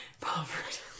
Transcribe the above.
Poverty